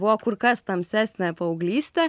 buvo kur kas tamsesnė paauglystė